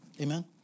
amen